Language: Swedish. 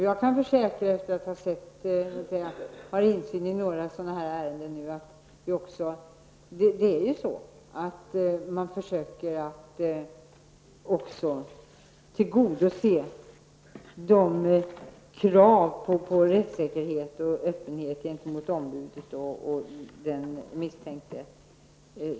Jag kan försäkra, efter att ha haft insyn i några sådana här ärenden, att man också så långt det någonsin är möjligt försöker att tillgodose kravet på rättssäkerhet och öppenhet gentemot ombudet och den misstänkte.